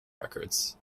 records